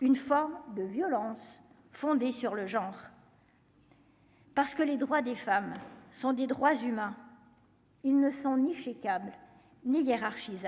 une forme de violence fondée sur le genre. Parce que les droits des femmes sont des droits humains, ils ne sont ni chez Cable ni hiérarchie